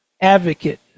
advocate